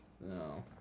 No